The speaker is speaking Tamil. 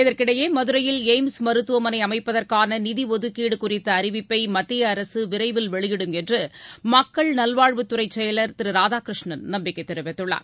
இதற்கிடையே எய்ம்ஸ் மகுரையில் மருத்துவமனைஅமைப்பதற்கானநிதிஒதுக்கீடுகுறித்தஅறிவிப்பைமத்தியஅரசுவிரைவில் வெளியிடும் என்றுமக்கள் நல்வாம்வுத் கிறைசெயலர் திருராதாகிருஷ்ணன் நம்பிக்கைதெரிவித்துள்ளார்